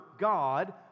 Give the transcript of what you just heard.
God